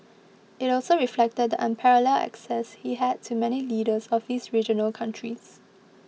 it also reflected the unparalleled access he had to many leaders of these regional countries